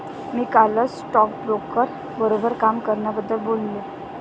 मी कालच स्टॉकब्रोकर बरोबर काम करण्याबद्दल बोललो